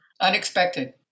Unexpected